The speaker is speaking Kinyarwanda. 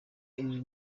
ibi